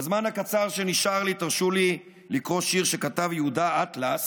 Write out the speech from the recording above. בזמן הקצר שנשאר לי תרשו לי לקרוא שיר שכתב יהודה אטלס,